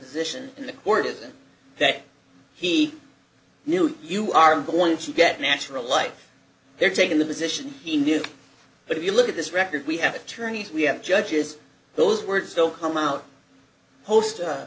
position in the court isn't that he knew you are going to get natural life they're taking the position he knew but if you look at this record we have attorneys we have judges those words still come out host